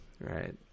right